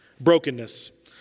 Brokenness